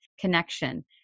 connection